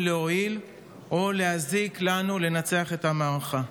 להועיל או חלילה להזיק לנו לנצח במערכה.